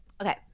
okay